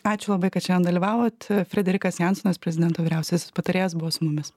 ačiū labai kad šiandien dalyvavot frederikas jansonas prezidento vyriausiasis patarėjas buvo su mumis